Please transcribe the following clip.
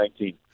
2019